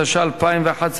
התשע"א 2011,